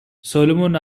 solomon